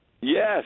Yes